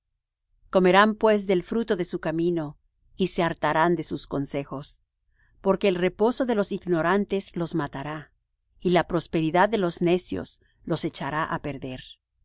comerán pues del fruto de su camino y se hartarán de sus consejos porque el reposo de los ignorantes los matará y la prosperidad de los necios los echará á perder